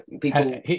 people